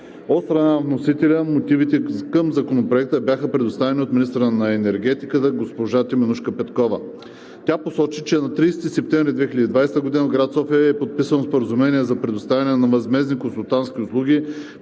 страна на вносителя мотивите към Законопроекта бяха представени от министъра на енергетиката госпожа Теменужка Петкова. Тя посочи, че на 30 септември 2020 г. в град София е подписано Споразумение за предоставяне на възмездни консултантски услуги